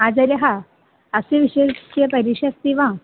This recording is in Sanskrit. आचार्यः अस्य विषये का परीक्षा अस्ति वा